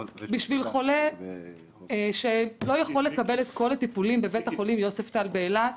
חולה שלא יכול לקבל את כל הטיפולים בבית החולים יוספטל באילת,